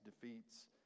defeats